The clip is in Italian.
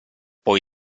poi